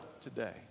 today